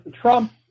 Trump